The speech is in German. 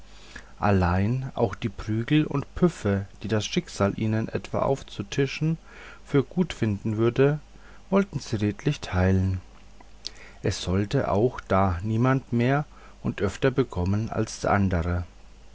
allein auch die prügel und püffe die das schicksal ihnen etwa aufzutischen für gut finden würde wollten sie redlich teilen es sollte auch da niemand mehr und öfter bekommen als der andere